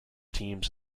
teams